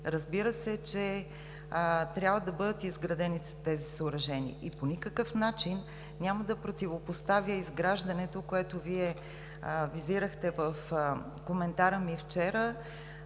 Разбира се, че трябва да бъдат изградени тези съоръжения и по никакъв начин няма да противопоставя изграждането, което Вие визирахте в коментара ми вчера,